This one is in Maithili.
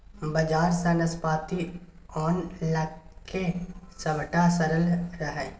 बजार सँ नाशपाती आनलकै सभटा सरल रहय